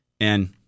and-